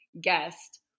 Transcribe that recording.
guest